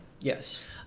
Yes